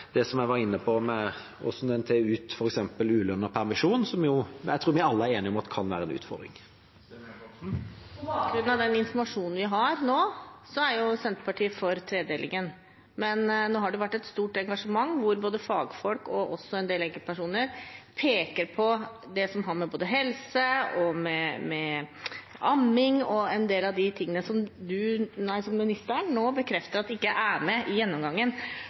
det jeg var inne på med hvordan man tar ut f.eks. ulønnet permisjon, som jeg tror vi alle er enige om kan være en utfordring. På bakgrunn av den informasjonen vi har nå, er Senterpartiet for en tredeling. Men nå har det vært et stort engasjement, der både fagfolk og også en del enkeltpersoner peker på det som har med helse og amming å gjøre – en del av de tingene som ministeren nå bekrefter ikke er med i gjennomgangen.